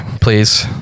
please